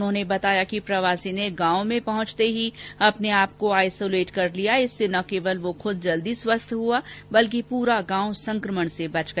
उन्होंने बताया कि प्रवासी ने गांव में पहुंचते ही अपने आपको आइसोलेट कर लिया इससे न केवल वो खुद जल्दी स्वस्थ हुआ बल्कि पूरा गांव संक्रमण से बच गया